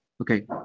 okay